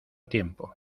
tiempo